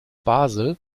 basel